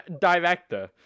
director